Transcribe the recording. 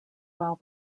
while